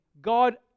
God